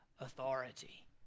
authority